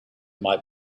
might